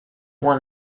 won